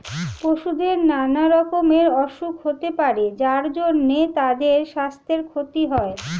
পশুদের নানা রকমের অসুখ হতে পারে যার জন্যে তাদের সাস্থের ক্ষতি হয়